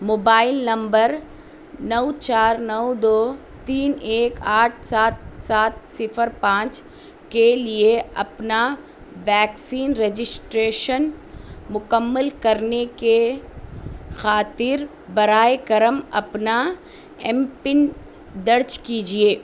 mobile number نو چار نو دو تین ایک آٹھ سات سات صفر پانچ کے لیے اپنا ویکسین رجسٹریشن مکمل کرنے کے خاطر برائے کرم اپنا ایم پن درج کیجیے